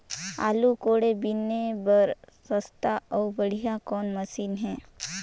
आलू कोड़े बीने बर सस्ता अउ बढ़िया कौन मशीन हे?